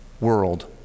World